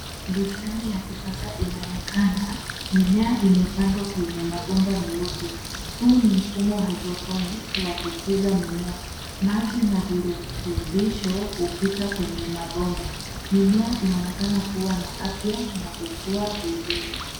Bustani ya kisasa inaonekana. Mimea imepandwa kwenye mabomba meupe. Huu ni mfumo wa hydrophonics wa kukuza mimea. Maji na virutubisho hupita kwenye mabomba. Mimea inaonekana kuwa na afya na kukuwa vizuri.